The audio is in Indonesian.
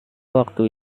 waktu